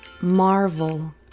Marvel